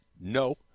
No